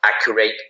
accurate